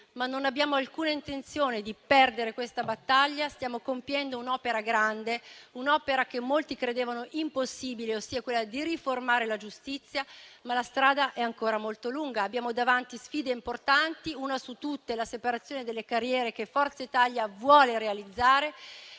ma non abbiamo alcuna intenzione di perdere questa battaglia. Stiamo compiendo un'opera grande, che molti credevano impossibile, ossia quella di riformare la giustizia, ma la strada è ancora molto lunga. Abbiamo davanti sfide importanti, una su tutte la separazione delle carriere, che Forza Italia vuole realizzare.